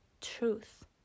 truth